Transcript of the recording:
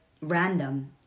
random